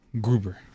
gruber